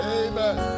amen